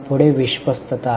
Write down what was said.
पुढे विश्वस्तता आहे